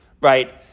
right